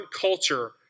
culture